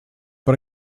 but